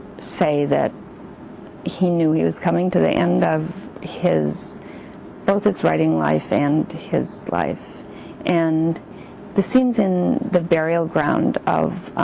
say that he knew he was coming to the end of his both his writing life and his life and the scenes in the burial ground of